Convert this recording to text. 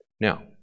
Now